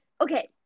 Okay